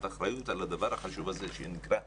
אחריות על הדבר החשוב הזה שנקרא תרבות.